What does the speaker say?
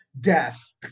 death